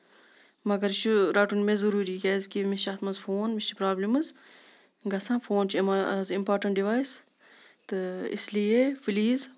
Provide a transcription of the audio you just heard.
مَگر یہِ چھُ رَٹُن مےٚ ضروٗری کیازِ کہِ مےٚ چھُ اَتھ منٛز فون مےٚ چھِ پروبلِمٕز گژھان فون چھُ آز امپارٹنٹ ڈِوایس تہٕ اس لیے پٔلیٖز